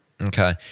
Okay